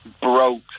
broke